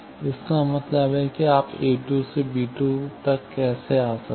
इसका मतलब है कि आप a2 से b2 तक कैसे आ सकते हैं